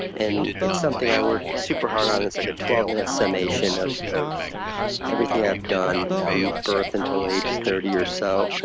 and it's something i worked super hard on it. it's like a twelve minute summation of of everything i've done from birth until age thirty or so.